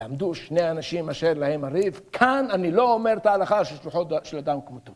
ועמדו שני האנשים אשר להם הריב, כאן אני לא אומר את ההלכה ששלוחו של אדם כמותו.